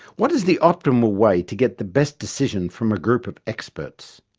what is the optimal way to get the best decision from a group of experts?